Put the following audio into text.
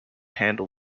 handle